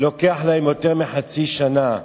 לוקח להם יותר מחצי שנה.